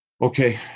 Okay